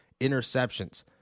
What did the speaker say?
interceptions